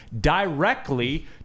directly